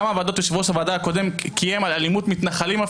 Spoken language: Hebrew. כמה ועדות יושב-ראש הוועדה הקודם קיים על אלימות מתנחלים,